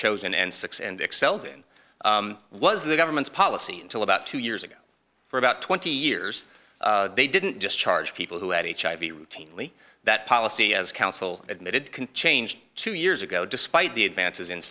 chosen and six and excelled in was the government's policy until about two years ago for about twenty years they didn't just charge people who had each i v routinely that policy as counsel admitted can change two years ago despite the advances in